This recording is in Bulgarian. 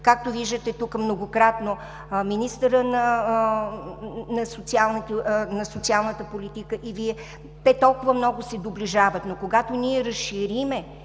Както виждате тук многократно, министърът на социалната политика и Вие, толкова много се доближавате, но когато разширим